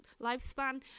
lifespan